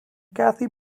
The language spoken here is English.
kathy